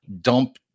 dump